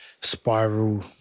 spiral